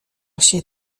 się